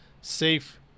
safe